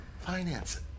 finance